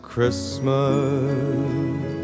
Christmas